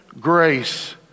grace